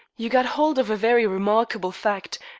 you got hold of a very remarkable fact,